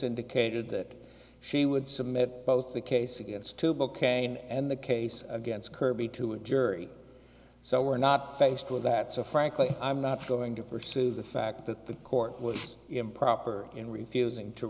indicated that she would submit both the case against to book and the case against kirby to a jury so we're not faced with that so frankly i'm not going to pursue the fact that the court was improper in refusing to